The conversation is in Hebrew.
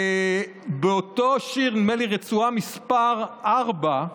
ובאותו שיר, נדמה לי רצועה מס' 4,